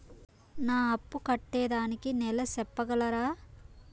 నా అప్పు కట్టేదానికి నెల సెప్పగలరా?